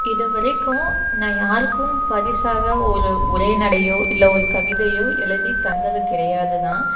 இதுவரைக்கும் நன் யாருக்கும் பரிசாக ஒரு உரைநடையோ இல்லை ஒரு கவிதையோ எழுதி தந்தது கிடையாது தான்